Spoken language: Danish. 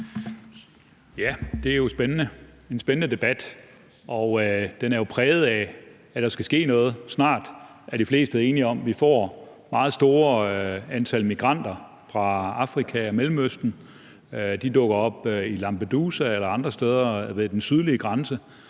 Det er en spændende debat, som jo er præget af, at der skal ske noget snart; det er de fleste enige om. Vi får meget store antal migranter fra Afrika og Mellemøsten. De dukker op på Lampedusa eller andre steder ved den sydlige grænse